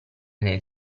nel